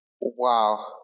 Wow